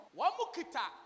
Wamukita